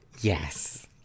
Yes